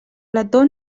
letó